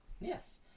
yes